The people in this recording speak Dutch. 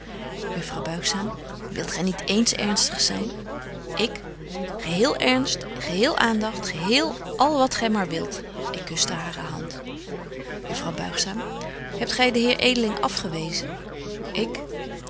juffrouw buigzaam wilt gy niet eens ernstig zyn ik geheel ernst geheel aandagt geheel al wat gy maar wilt ik kuschte hare hand juffrouw buigzaam hebt gy den heer edeling afgewezen ik